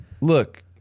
Look